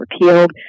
repealed